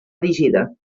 erigida